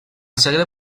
segle